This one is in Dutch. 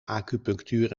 acupunctuur